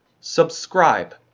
subscribe